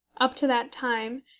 up to that time,